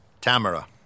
Tamara